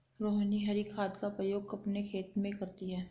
रोहिनी हरी खाद का प्रयोग अपने खेत में करती है